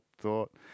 thought